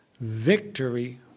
victory